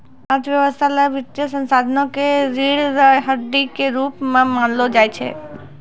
अर्थव्यवस्था ल वित्तीय संस्थाओं क रीढ़ र हड्डी के रूप म मानलो जाय छै